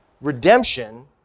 redemption